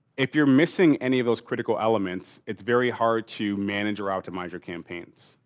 if you're missing any of those critical elements, it's very hard to manager out, demise your campaigns.